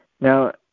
Now